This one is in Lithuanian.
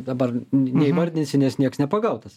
dabar neįvardinsiu nes nieks nepagautas